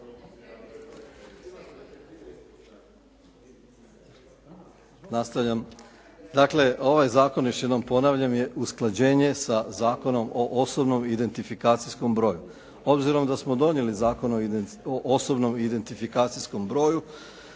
Dakle, ovaj zakon još jednom ponavljam je usklađenje sa Zakonom o osobnom identifikacijskom broju. Obzirom da smo donijeli Zakon o osobnom identifikacijskom broju